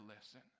listen